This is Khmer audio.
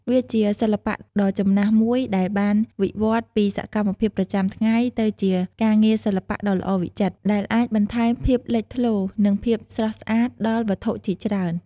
វាជាសិល្បៈដ៏ចំណាស់មួយដែលបានវិវត្តន៍ពីសកម្មភាពប្រចាំថ្ងៃទៅជាការងារសិល្បៈដ៏ល្អវិចិត្រ ដែលអាចបន្ថែមភាពលេចធ្លោ និងភាពស្រស់ស្អាត ដល់វត្ថុជាច្រើន។